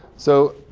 so